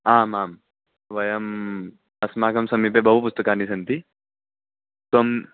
आम् आं वयम् अस्माकं समीपे बहूनि पुस्तकानि सन्ति त्वम्